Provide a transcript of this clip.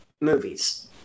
movies